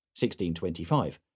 1625